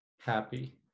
happy